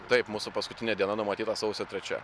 taip mūsų paskutinė diena numatyta sausio trečia